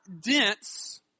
dense